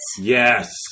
Yes